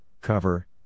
cover